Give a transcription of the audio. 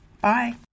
Bye